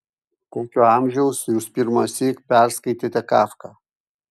kokio amžiaus jūs pirmąsyk perskaitėte kafką